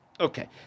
Okay